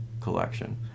collection